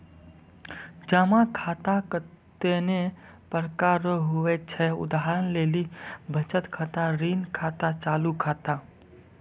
जमा खाता कतैने प्रकार रो हुवै छै उदाहरण लेली बचत खाता ऋण खाता चालू खाता